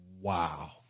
wow